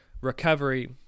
recovery